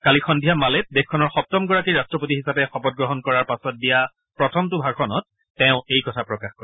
কালি সদ্ধিয়া মালেত দেশখনৰ সপ্তমগৰাকী ৰাট্টপতি হিচাপে শপতগ্ৰহণ কৰাৰ পাছত দিয়া প্ৰথমটো ভাষণত তেওঁ এই কথা প্ৰকাশ কৰে